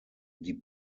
die